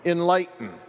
Enlighten